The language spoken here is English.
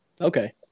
Okay